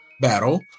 battle